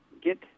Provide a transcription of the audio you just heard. get